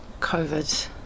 COVID